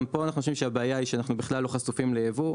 גם פה אנחנו חושבים שאנחנו בכלל לא חשופים לייבוא,